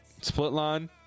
Splitline